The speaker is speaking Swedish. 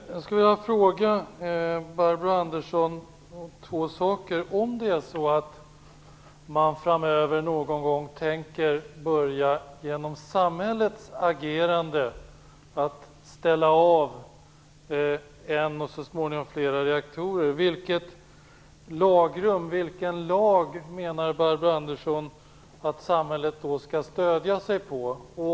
Herr talman! Jag vill fråga Barbro Andersson om två saker. Om det är så att man genom samhällets agerande framöver någon gång tänker avställa en och så småningom flera reaktorer, vilket lag menar Barbro Andersson att samhället då skall stödja sig på?